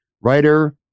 writer